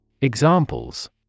Examples